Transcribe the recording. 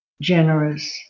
generous